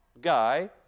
guy